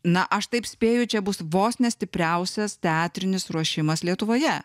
na aš taip spėju čia bus vos ne stipriausias teatrinis ruošimas lietuvoje